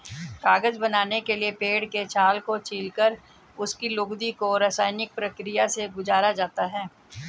कागज बनाने के लिए पेड़ के छाल को छीलकर उसकी लुगदी को रसायनिक प्रक्रिया से गुजारा जाता है